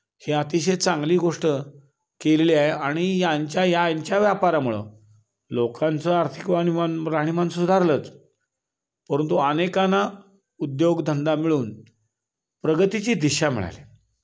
हे अतिशय चांगली गोष्ट केलेली आहे आणि यांच्या या यांच्या व्यापारामुळं लोकांचं आर्थिक वानिमान राहणीमान सुधारलंच परंतु अनेकाना उद्योग धंदा मिळून प्रगतीची दिशा मिळाली